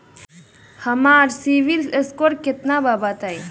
हमार सीबील स्कोर केतना बा बताईं?